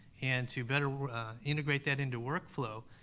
and to better integrate that into workflow,